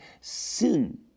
sin